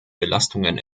belastungen